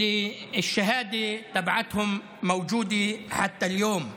שהעדות שלהם קיימת עד היום,